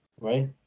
right